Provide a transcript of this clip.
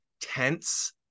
tense